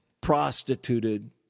prostituted